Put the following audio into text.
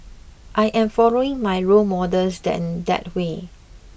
I am following my role models in that way